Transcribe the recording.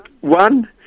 one